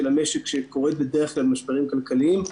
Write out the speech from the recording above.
המשק שקורית בדרך כלל משברים כלכליים,